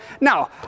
Now